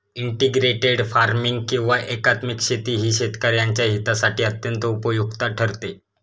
integrated farming किंवा एकात्मिक शेती ही शेतकऱ्यांच्या हितासाठी अत्यंत उपयुक्त ठरते